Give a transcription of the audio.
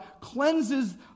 cleanses